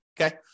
okay